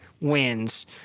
wins